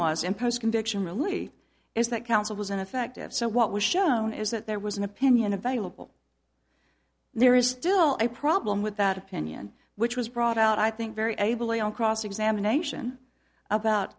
was imposed conviction really is that counsel was ineffective so what was shown is that there was an opinion available there is still a problem with that opinion which was brought out i think very ably on cross examination about